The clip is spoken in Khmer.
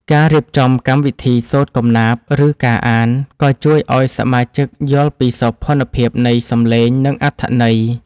ការរៀបចំកម្មវិធី សូត្រកំណាព្យ ឬការអាន ក៏ជួយឱ្យសមាជិកយល់ពីសោភ័ណភាពនៃសំឡេង និងអត្ថន័យ។